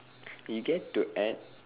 we get to add